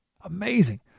Amazing